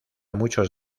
muchos